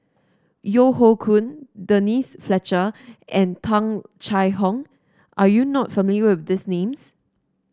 Yeo Hoe Koon Denise Fletcher and Tung Chye Hong are you not familiar with these names